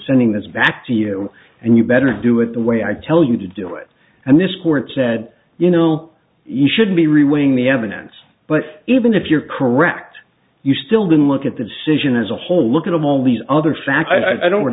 sending this back to you and you better do it the way i tell you to do it and this court said you know you should be reworking the evidence but even if you're correct you still didn't look at the decision as a whole look at them all these other facts i don't